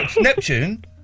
Neptune